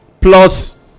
Plus